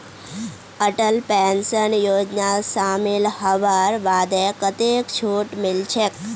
Atal pension योजनात शामिल हबार बादे कतेक छूट मिलछेक